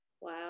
Wow